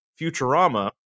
Futurama